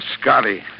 Scotty